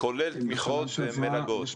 כולל תמיכות ומלגות?